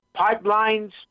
pipelines